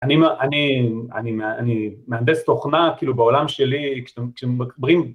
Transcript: אנימה אני מהנדס תוכנה כאילו בעולם שלי כשמקברים...